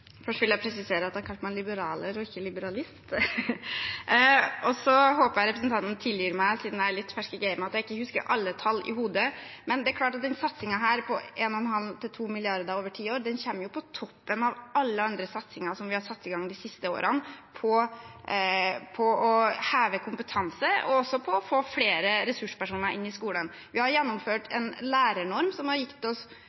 Først vil jeg presisere at jeg kalte meg «liberaler» og ikke «liberalist». Jeg håper at representanten Tvedt Solberg tilgir meg – siden jeg er litt fersk i gamet – at jeg ikke har alle tall i hodet. Men denne satsingen, på 1,5–2 mrd. kr over ti år, kommer jo på toppen av alle andre satsinger vi har satt i gang i de siste årene for å heve kompetansen og få flere ressurspersoner inn i skolen. Vi har gjennomført en lærernorm, som har gitt oss